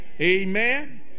Amen